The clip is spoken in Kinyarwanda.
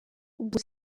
ubwo